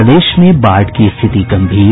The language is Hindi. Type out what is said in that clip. प्रदेश में बाढ़ की रिथिति गम्भीर